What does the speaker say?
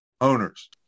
owners